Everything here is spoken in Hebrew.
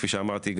כפי שאמרתי,